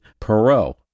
Perot